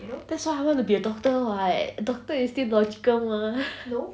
that's why I want to be a doctor [what] doctor is still logical mah